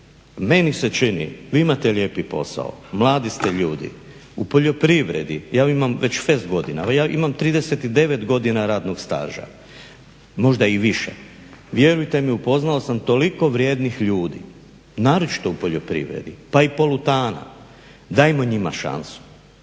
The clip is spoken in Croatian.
Meni se čini, vi imate lijepi posao, mladi ste ljudi, u poljoprivredi, ja imam već fest godina, ja imam 39 godina radnog staža, možda i više. Vjerujete mi upoznao sam toliko vrijednih ljudi, naročito u poljoprivredi, pa i polutana. Dajmo njima šansu,